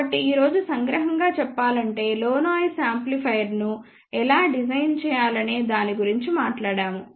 కాబట్టి ఈ రోజు సంగ్రహంగా చెప్పాలంటే లో నాయిస్ యాంప్లిఫైయర్ను ఎలా డిజైన్ చేయాలనే దాని గురించి మాట్లాడాము